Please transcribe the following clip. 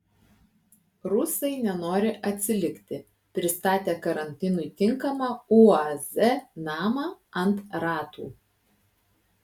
rusai nenori atsilikti pristatė karantinui tinkamą uaz namą ant ratų